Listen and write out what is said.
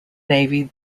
navy